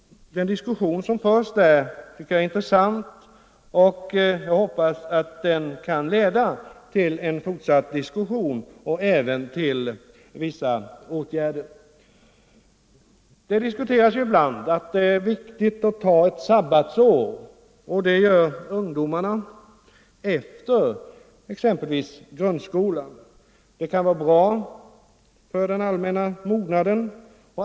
Den diskussion som förs där tycker jag är intressant. Jag hoppas att den kan leda till fortsatt debatt och även till Det diskuteras ju ibland att det är viktigt att ta ett sabbatsår. Det gör ungdomarna efter exempelvis grundskolan. Det kan vara bra för den allmänna mognaden.